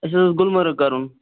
اَسہِ اوس گُلمرگ کٔرُن